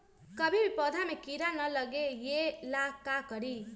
कभी भी पौधा में कीरा न लगे ये ला का करी?